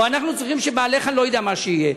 או אנחנו צריכים שבעלך, אני לא יודע מה שיהיה.